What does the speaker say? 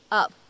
up